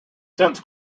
since